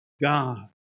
God